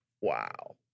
Wow